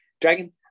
Dragon